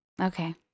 okay